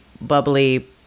bubbly